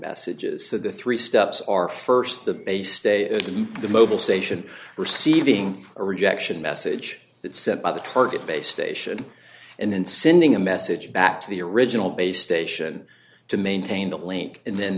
messages so the three steps are st the base state and the mobil station receiving a rejection message that said by the target base station and then sending a message back to the original base station to maintain the link and then